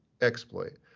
exploit